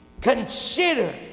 Consider